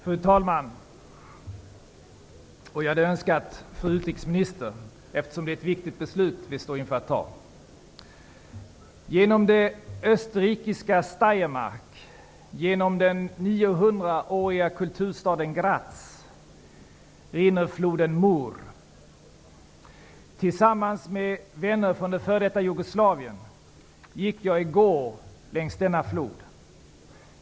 Fru talman! Jag hade önskat kunna rikta mig till fru utrikesminister också, eftersom det är ett viktigt beslut som vi står inför. Tillsammans med vänner från det f.d. Jugoslavien gick jag i går längs denna flod.